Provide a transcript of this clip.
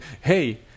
hey